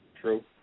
True